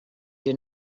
did